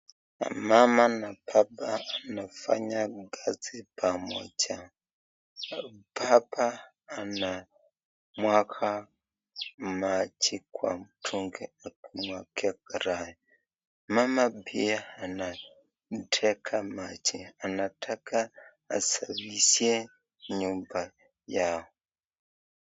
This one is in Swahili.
Mama na baba wanafanya kazi pamoja. Baba anamwaga maji kwa mtungi, mama pia anateka maji, anateka maji asafishe nyumbani yao.